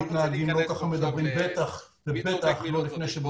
אני לא רוצה להכנס עכשיו למי צודק ומי לא צודק.